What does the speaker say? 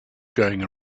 going